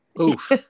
Oof